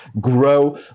grow